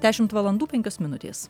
dešimt valandų penkios minutės